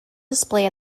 display